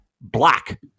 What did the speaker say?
black